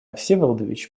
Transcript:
всеволодович